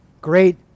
great